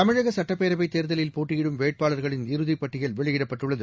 தமிழகசட்டப்பேரவைத் தேர்தலில் போட்டியிடும் வேட்பாளர்களின் இறதிப்பட்டியல் வெளியிடப்பட்டுள்ளது